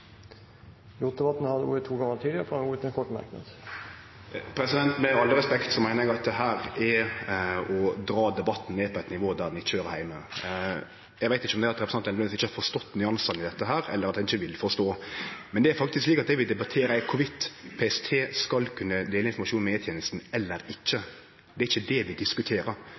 har hatt ordet to ganger tidligere og får ordet til en kort merknad, begrenset til 1 minutt. Med all respekt, eg meiner at dette er å dra debatten ned på eit nivå der han ikkje høyrer heime. Eg veit ikkje om det er slik at representanten Elvenes ikkje har forstått nyansane i dette, eller at han ikkje vil forstå, men det er faktisk ikkje slik at det vi debatterer, er om PST skal kunne dele informasjon med E-tenesta eller ikkje. Det er ikkje det vi diskuterer.